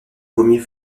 pommiers